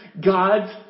God's